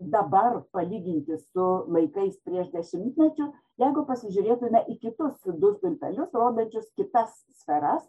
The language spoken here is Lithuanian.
dabar palyginti su laikais prieš dešimtmečiu jeigu pasižiūrėtume į kitus du stulpelius rodančius kitas sferas